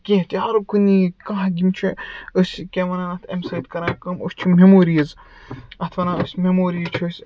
کیٚنٛہہ تہِ ہر کُنی کانٛہہ یِم چھِ أسۍ کیٛاہ وَنان اَتھ اَمہِ سۭتۍ کَران کٲم أسۍ چھِ میٚموریٖز اَتھ وَنان أسۍ میٚموریٖز چھِ أسۍ